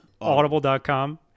Audible.com